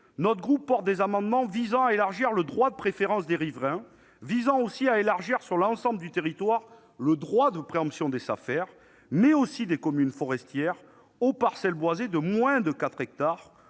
notre groupe porte des amendements visant à élargir le droit de préférence des riverains, mais aussi à étendre, sur l'ensemble du territoire, le droit de préemption des Safer, ainsi que des communes forestières, aux parcelles boisées de moins de 4 hectares,